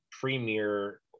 premier